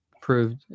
proved